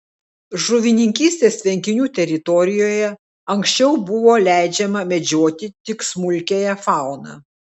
žuvininkystės tvenkinių teritorijoje anksčiau buvo leidžiama medžioti tik smulkiąją fauną